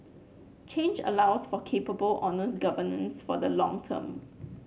change allows for capable honest governance for the long term